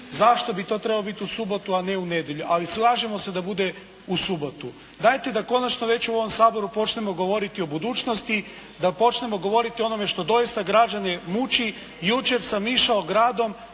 zašto bi to trebalo biti u subotu, a ne u nedjelju, ali slažemo se da bude u subotu. Dajte da konačno već u ovom Saboru počnemo govoriti o budućnosti, da počnemo govoriti o onome što doista građane muči. Jučer sam išao gradom,